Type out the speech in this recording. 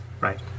Right